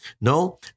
No